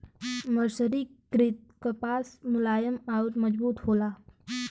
मर्सरीकृत कपास मुलायम आउर मजबूत होला